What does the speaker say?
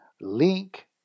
Link